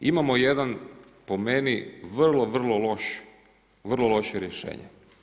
Imamo jedan po meni, vrlo, vrlo loše rješenje.